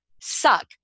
suck